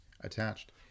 attached